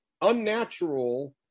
unnatural